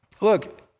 Look